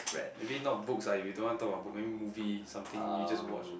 maybe not books ah if you don't want to talk about book maybe movie something you just watched ah